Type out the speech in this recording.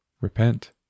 repent